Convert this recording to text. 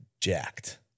jacked